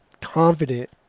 confident